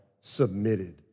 submitted